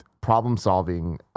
problem-solving